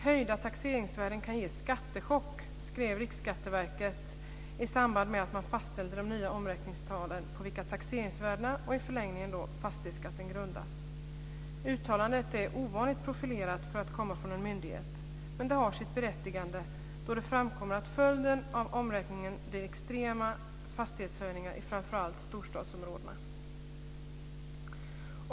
Höjda taxeringsvärden kan ge skattechock, skrev Riksskatteverket i samband med att de nya omräkningstalen fastställdes på vilka taxeringsvärdena och i förlängningen fastighetsskatten grundas. Uttalandet är ovanligt profilerat för att komma från en myndighet, men det har sitt berättigande då det framkommer att följden av omräkningen blir extrema fastighetsskattehöjningar i framför allt storstadsområdena.